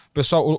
Pessoal